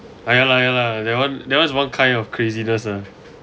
ah ya lah ya lah that one that one is one kind of craziness ya